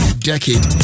decade